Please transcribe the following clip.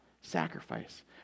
sacrifice